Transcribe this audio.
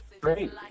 Great